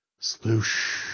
Sloosh